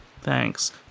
thanks